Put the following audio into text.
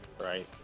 Right